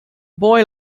boy